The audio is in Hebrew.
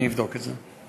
אני אבדוק את זה.